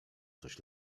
coś